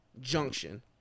Junction